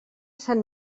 sant